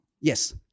Yes